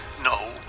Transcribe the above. no